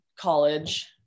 college